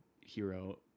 hero